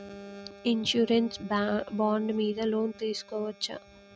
Insurance bond మీద loan తీస్కొవచ్చా?